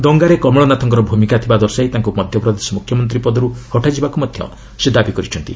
ଦଙ୍ଗାରେ କମଳନାଥଙ୍କର ଭୂମିକା ଥିବା ଦର୍ଶାଇ ତାଙ୍କୁ ମଧ୍ୟପ୍ରଦେଶ ମୁଖ୍ୟମନ୍ତ୍ରୀ ପଦରୁ ହଟାଯିବାକୁ ମଧ୍ୟ ସେ ଦାବି କରିଛନ୍ତି